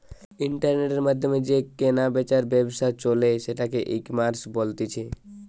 ইন্টারনেটের মাধ্যমে যে কেনা বেচার ব্যবসা চলে সেটাকে ইকমার্স বলতিছে